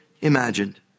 imagined